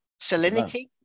Salinity